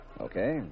Okay